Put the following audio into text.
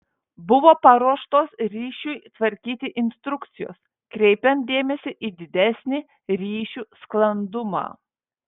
buvo paruoštos ryšiui tvarkyti instrukcijos kreipiant dėmesį į didesnį ryšių sklandumą